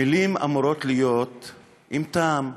המילים אמורות להיות עם טעם,